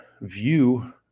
view